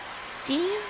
Steve